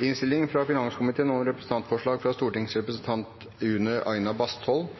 Etter ønske fra finanskomiteen vil presidenten foreslå at taletiden blir begrenset til